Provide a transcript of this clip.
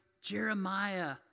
Jeremiah